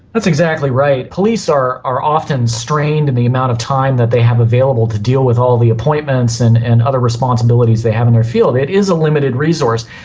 that's exactly right. police are are often strained in the amount of time that they have available to deal with all the appointments and and other responsibilities they have in the field. it is a limited resource.